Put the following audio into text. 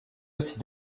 aussi